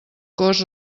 cost